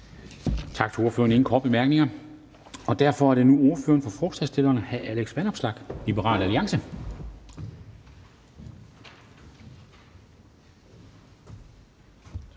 Tak til ordføreren. Der er ikke nogen korte bemærkninger, og derfor er det nu ordføreren for forslagsstillerne, hr. Alex Vanopslagh, Liberal Alliance.